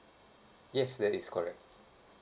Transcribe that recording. yes that is correct